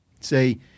say